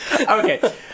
Okay